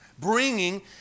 Bringing